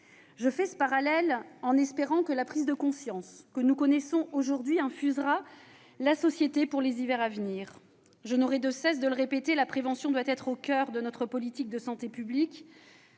Je fais ce parallèle en espérant que la prise de conscience que nous connaissons aujourd'hui infusera dans la société pour les hivers à venir. Je n'aurai de cesse de le répéter : la prévention doit être au coeur de notre politique de santé publique.